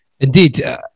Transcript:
Indeed